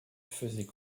faisait